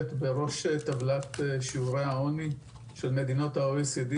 בראש טבלת שיעורי העוני של מדינות ה-OECD,